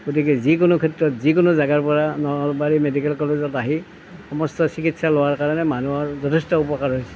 গতিকে যিকোনো ক্ষেত্ৰত যিকোনো জেগাৰ পৰা নলবাৰী মেডিকেল কলেজত আহি সমস্ত চিকিৎসা লোৱাৰ কাৰণে মানুহৰ যথেষ্ট উপকাৰ হৈছে